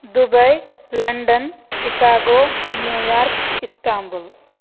Dubai London Chicago New York Istanbul